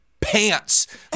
pants